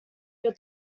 your